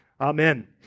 Amen